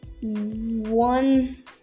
one